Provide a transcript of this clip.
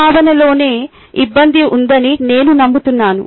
ఈ భావనలోనే ఇబ్బంది ఉందని నేను నమ్ముతున్నాను